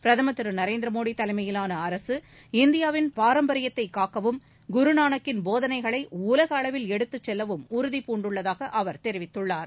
பிரதமர் திரு நரேந்திர மோடி தலைமையிலான அரசு இந்தியாவின் பாரம்பரியத்தை காக்கவும் போதனைகளை உலக அளவில் எடுத்து செல்லவும் உறுதிபூண்டுள்ளதாக அவர் நகுருநானக்கின் தெரிவித்துள்ளார்